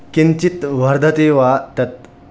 किञ्चित् वर्धयति वा तत्